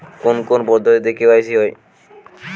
কোন কোন পদ্ধতিতে কে.ওয়াই.সি হয়?